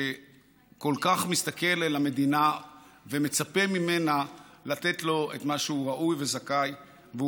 שכל כך מסתכל אל המדינה ומצפה ממנה לתת לו את מה שהוא ראוי וזכאי לו,